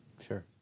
Sure